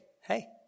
hey